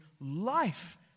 life